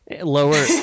Lower